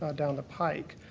down the pike.